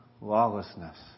lawlessness